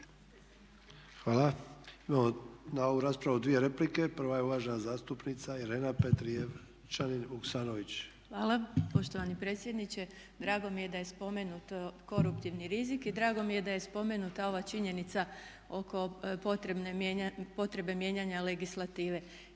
Hvala. Imamo na ovu raspravu dvije replike. Prva je uvažena zastupnica Irena Petrijevčanin Vuksanović. **Petrijevčanin Vuksanović, Irena (HRID)** Hvala poštovani potpredsjedniče. Drago mi je da je spomenuto koruptivni rizik i drago mi je da je spomenuta ova činjenica oko potrebe mijenjanja legislative.